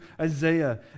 Isaiah